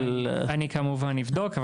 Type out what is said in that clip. אבל --- אני כמובן אבדוק.